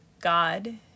God